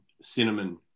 cinnamon